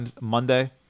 Monday